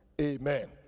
Amen